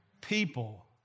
People